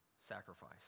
sacrifice